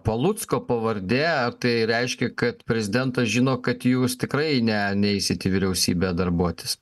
palucko pavardė tai reiškia kad prezidentas žino kad jūs tikrai ne neisit į vyriausybę darbuotis